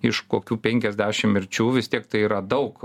iš kokių penkiasdešim mirčių vis tiek tai yra daug